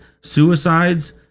Suicides